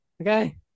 Okay